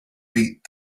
beat